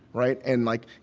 right? and, like,